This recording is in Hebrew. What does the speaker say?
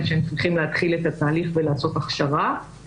שהם צריכים להתחיל את התהליך ולעשות הכשרה.